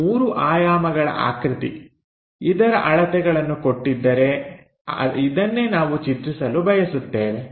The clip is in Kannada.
ಈ ಮೂರು ಆಯಾಮಗಳ ಆಕೃತಿ ಇದರ ಅಳತೆಗಳನ್ನು ಕೊಟ್ಟಿದ್ದರೆ ಇದನ್ನೇ ನಾವು ಚಿತ್ರಿಸಲು ಬಯಸುತ್ತೇವೆ